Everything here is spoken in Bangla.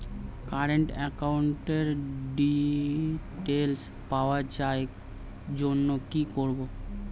কারেন্ট একাউন্টের ডিটেইলস পাওয়ার জন্য কি করব?